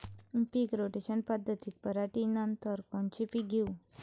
पीक rotation पद्धतीत पराटीनंतर कोनचे पीक घेऊ?